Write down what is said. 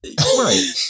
Right